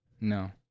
No